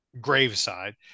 graveside